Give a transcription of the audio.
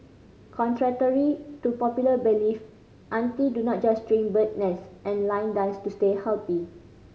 contrary to popular belief auntie do not just drink bird's nest and line dance to stay healthy